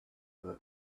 about